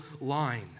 line